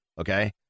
okay